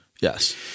Yes